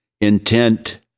intent